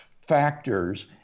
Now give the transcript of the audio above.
factors